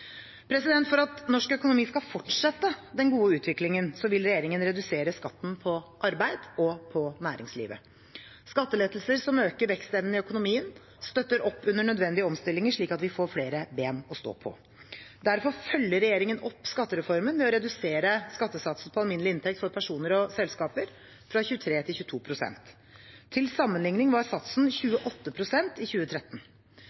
For at norsk økonomi skal fortsette den gode utviklingen, vil regjeringen redusere skatten på arbeid og på næringslivet. Skattelettelser som øker vekstevnen i økonomien, støtter opp under nødvendige omstillinger, slik at vi får flere ben å stå på. Derfor følger regjeringen opp skattereformen ved å redusere skattesatsen på alminnelig inntekt for personer og selskaper fra 23 pst. til 22 pst. Til sammenligning var satsen 28 pst. i 2013.